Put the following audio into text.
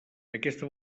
aquesta